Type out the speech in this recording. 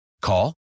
Call